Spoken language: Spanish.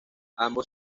ambos